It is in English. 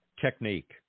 technique